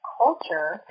culture